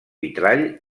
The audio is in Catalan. vitrall